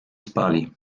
spali